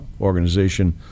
organization